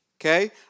okay